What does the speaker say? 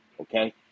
Okay